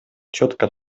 ciotka